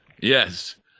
Yes